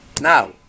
Now